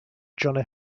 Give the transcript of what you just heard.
john